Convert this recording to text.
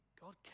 God